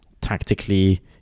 tactically